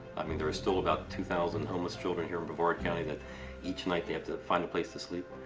i mean there is still about two thousand homeless children here in brevard county that each night they have to find a place to sleep.